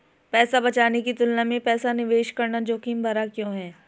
पैसा बचाने की तुलना में पैसा निवेश करना जोखिम भरा क्यों है?